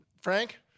Frank